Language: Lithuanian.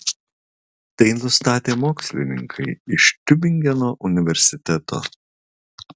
tai nustatė mokslininkai iš tiubingeno universiteto